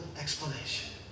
explanation